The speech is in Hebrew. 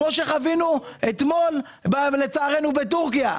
כמו שחווינו אתמול בטורקיה?